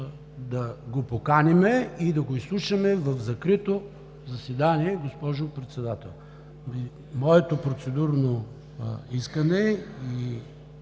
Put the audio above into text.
да го поканим и да го изслушаме в закрито заседание, госпожо Председател. Моето процедурно искане и